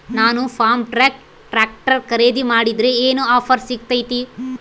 ನಾನು Farmtrac tractor ಖರೇದಿ ಮಾಡಿದ್ರೆ ಏನು ಆಫರ್ ಸಿಗ್ತೈತಿ?